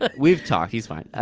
but we've talked, he's fine.